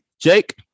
Jake